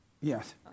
Yes